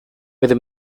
with